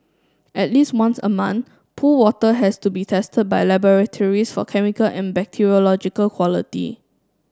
at least once a month pool water has to be tested by laboratories for chemical and bacteriological quality